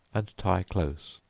and tie close,